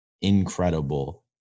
incredible